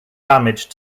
damage